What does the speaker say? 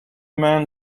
man